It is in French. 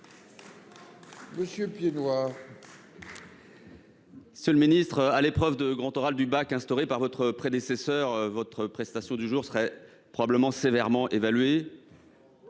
Monsieur le ministre, à l'épreuve du grand oral de bac instaurée par votre prédécesseur, votre prestation du jour serait sans doute sévèrement évaluée